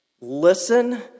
listen